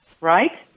right